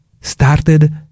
started